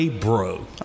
Bro